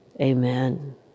Amen